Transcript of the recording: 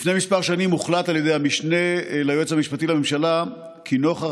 לפני כמה שנים הוחלט על ידי המשנה ליועץ המשפטי לממשלה כי נוכח